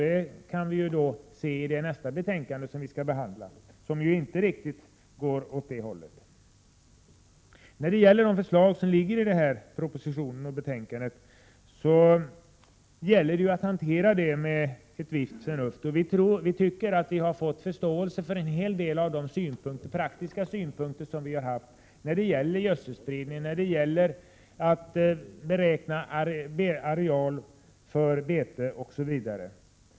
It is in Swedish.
Det framgår av det betänkande som skall behandlas härnäst. Förslagen i denna proposition och detta betänkande måste hanteras med ett visst förnuft. Vi tycker i centerpartiet att vi har fått förståelse för en hel del praktiska synpunkter när det gäller gödselspridning och beräkning av areal för vete osv.